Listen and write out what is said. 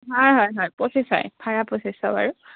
হয় হয় হয় পঁচিছশই ভাড়া পঁচিছশ বাৰু